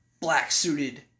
black-suited